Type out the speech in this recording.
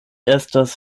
estas